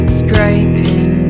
scraping